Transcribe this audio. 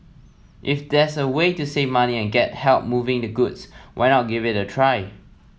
if there's a way to save money and get help moving the goods why not give it a try